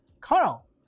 Carl